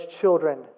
children